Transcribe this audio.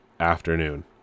afternoon